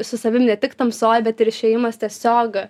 su savim ne tik tamsoj bet ir išėjimas tiesiog